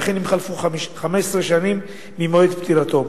וכן אם חלפו 15 שנים ממועד פטירתו.